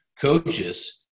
coaches